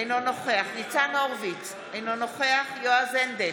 אינו נוכח ניצן הורוביץ, אינו נוכח יועז הנדל,